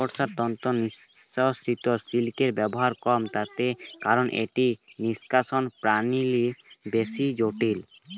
মাকড়সার তন্তু নিঃসৃত সিল্কের ব্যবহার কম, তার কারন এটির নিষ্কাশণ প্রণালী বেশ জটিল